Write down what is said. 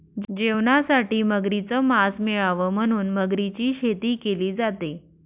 जेवणासाठी मगरीच मास मिळाव म्हणून मगरीची शेती केली जाते